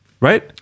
Right